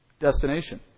destination